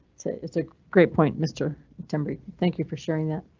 it's a great point mr timber. thank you for sharing that.